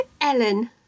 Ellen